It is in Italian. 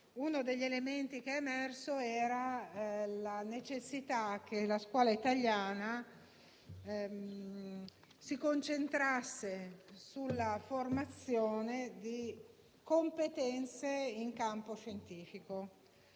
uno degli elementi che è emerso è stata la necessità che la scuola italiana si concentrasse sulla formazione di competenze in campo scientifico,